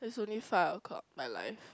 it is only five o-clock my life